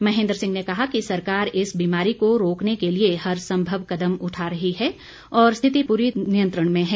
महेन्द्र सिंह ने कहा कि सरकार इस बीमारी को रोकने के लिए हर संभव कदम उठा रही है और स्थिति पूरी तरह नियंत्रण में है